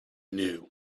knew